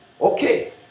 Okay